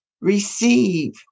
receive